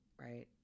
right